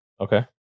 Okay